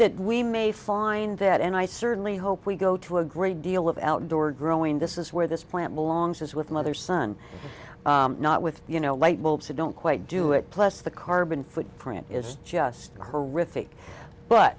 that we may find that and i certainly hope we go to a great deal of outdoor growing this is where this plant belongs with mother son not with you know light bulbs that don't quite do it plus the carbon footprint is just horrific but